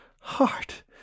heart